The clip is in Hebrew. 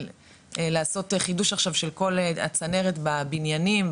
לעשות חידוש עכשיו של כל הצנרת בבניינים.